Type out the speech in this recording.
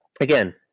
again